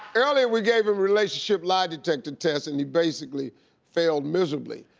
earlier we gave him relationship lie detector test and he basically failed miserably.